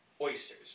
oysters